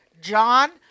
John